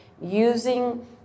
using